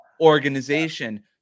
organization